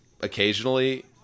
occasionally